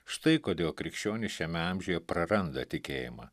štai kodėl krikščionys šiame amžiuje praranda tikėjimą